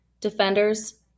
defenders